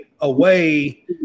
away